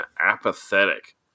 apathetic